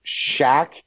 Shaq